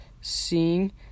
seeing